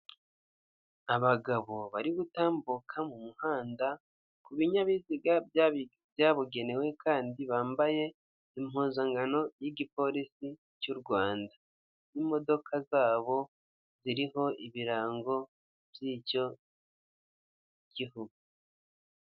Abagabo bari gutambuka mu muhanda ku binyabiziga byabugenewe kandi bambaye impuzangano y'igipolisi cy'u Rwanda, n'imodoka zabo ziriho ibirango by'icyo gihugu.